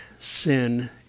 sin